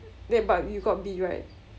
then but you got B right